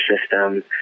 system